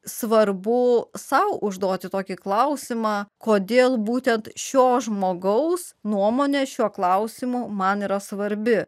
svarbu sau užduoti tokį klausimą kodėl būtent šio žmogaus nuomonė šiuo klausimu man yra svarbi